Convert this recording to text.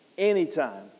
Anytime